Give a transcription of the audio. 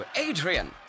Adrian